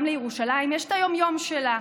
גם לירושלים יש את היום-יום שלה,